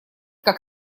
как